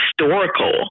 historical